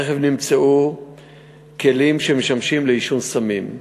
ברכב נמצאו כלים שמשמשים לעישון סמים.